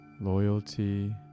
loyalty